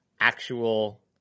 actual